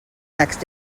next